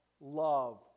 love